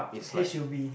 H U B